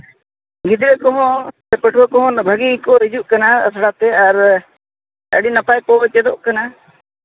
ᱜᱤᱫᱽᱨᱟᱹ ᱠᱚᱦᱚᱸ ᱯᱟᱹᱴᱷᱩᱣᱟᱹ ᱠᱚᱦᱚᱸ ᱵᱷᱟᱹᱜᱤ ᱠᱚ ᱦᱤᱡᱩᱜ ᱠᱟᱱᱟ ᱟᱥᱲᱟ ᱛᱮ ᱟᱨ ᱟᱹᱰᱤ ᱱᱟᱯᱟᱭ ᱠᱚ ᱪᱮᱫᱚᱜ ᱠᱟᱱᱟ